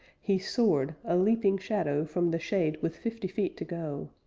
he soared, a leaping shadow from the shade with fifty feet to go.